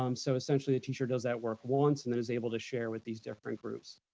um so essentially, a teacher does that work once and then is able to share with these different groups.